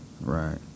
right